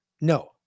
No